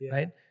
Right